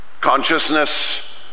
Consciousness